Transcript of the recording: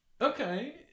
Okay